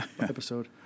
episode